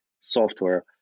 software